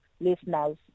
listeners